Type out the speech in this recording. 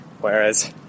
whereas